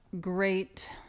great